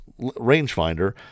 rangefinder